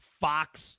Fox